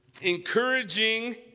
encouraging